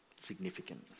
significant